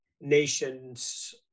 nations